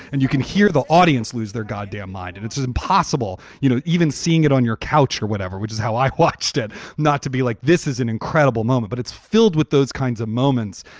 and you can hear the audience lose their goddamn mind and if it's impossible. you know, even seeing it on your couch or whatever, which is how i watched it. not to be like this is an incredible moment, but it's filled with those kinds of moments,